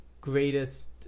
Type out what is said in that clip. greatest